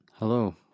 Hello